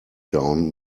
down